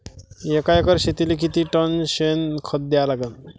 एका एकर शेतीले किती टन शेन खत द्या लागन?